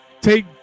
take